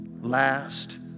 last